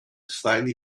slightly